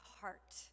heart